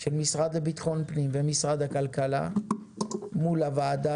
של המשרד לביטחון פנים ומשרד הכלכלה מול הוועדה